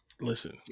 Listen